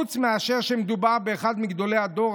הודעת הממשלה בהתאם לסעיפים 25(א)